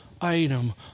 item